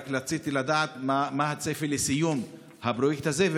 רק רציתי לדעת מה הצפי לסיום הפרויקט הזה.